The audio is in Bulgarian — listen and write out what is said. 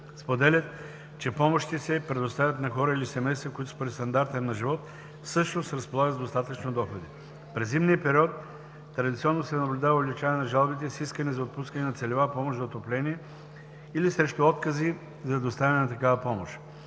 Споделят, че помощи се предоставят на хора или семейства, които според стандарта им на живот всъщност разполагат с достатъчно доходи. През зимния сезон традиционно се наблюдава увеличаване на жалбите с искане за отпускане на целева помощ за отопление или срещу откази за предоставяне на такава помощ.